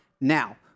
Now